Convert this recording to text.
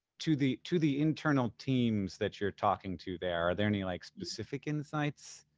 to the to the internal teams that you're talking to there, are there any, like, specific insights?